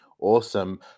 awesome